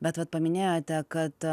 bet vat paminėjote kad